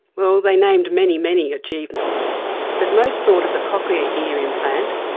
well, they named many, many achievements but most thought of the cochlear ear implant,